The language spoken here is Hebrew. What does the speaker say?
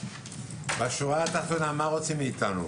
בשורה התחתונה מה רוצים מאיתנו?